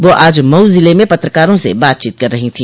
वह आज मऊ जिल में पत्रकारों से बातचीत कर रही थी